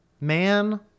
Man